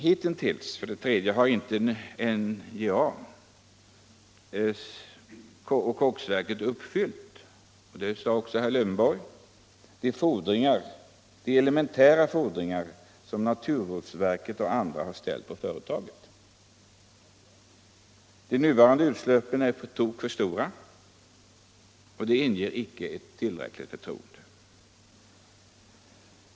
Hitintills, för det tredje, har inte NJA Och koksverket — det sade också herr Lövenborg — uppfyllt de elementära fordringar som naturvårdsverket och andra ställt på företaget. De nuvarande utsläppen är på tok för stora, och det inger icke ett tillräckligt förtroende.